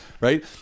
Right